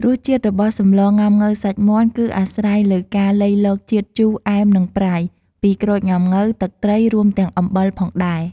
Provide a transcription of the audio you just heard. រសជាតិរបស់សម្លងុាំង៉ូវសាច់មាន់ គឺអាស្រ័យលើការលៃលកជាតិ ជូរ អែម និងប្រៃ ពីក្រូចងុាំង៉ូវ ទឹកត្រី រួមទាំងអំបិលផងដែរ។